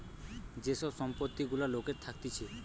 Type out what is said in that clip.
যে সব সম্পত্তি গুলা লোকের থাকতিছে